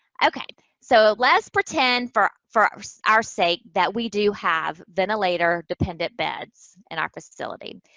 okay, so, let's pretend for for our our sake that we do have ventilator dependent beds in our facility.